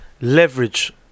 leverage